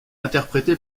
interprété